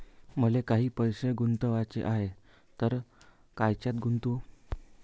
मले काही पैसे गुंतवाचे हाय तर कायच्यात गुंतवू?